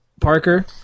Parker